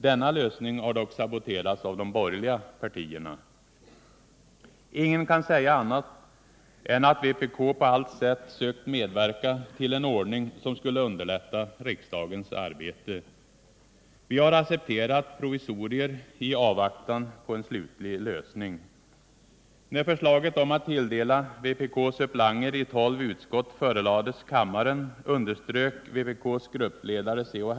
Denna lösning har dock saboterats av de borgerliga partierna. Ingen kan säga annat än att vpk på allt sätt sökt medverka till en ordning som skulle underlätta riksdagens arbete. Vi har accepterat provisorier i avvaktan på en slutlig lösning. När förslaget om att tilldela vpk suppleantplatser i tolv utskott förelades kammaren, underströk vpk:s gruppledare C.-H.